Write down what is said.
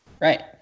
Right